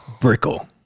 brickle